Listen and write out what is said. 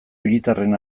hiritarren